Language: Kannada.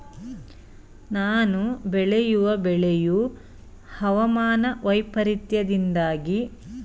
ನಾನು ಬೆಳೆಯುವ ಬೆಳೆಯು ಹವಾಮಾನ ವೈಫರಿತ್ಯದಿಂದಾಗಿ ಹಾನಿಯಾದರೆ ಅದರ ನಷ್ಟವನ್ನು ಕಡಿಮೆ ಮಾಡಿಕೊಳ್ಳುವುದು ಹೇಗೆ?